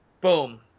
boom